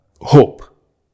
hope